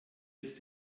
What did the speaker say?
jetzt